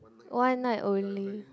one night only